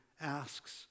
asks